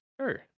Sure